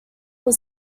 will